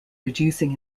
reducing